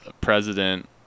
president